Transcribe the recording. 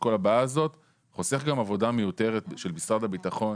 כל הבעיה הזאת וחוסך גם עבודה מיותרת של משרד הביטחון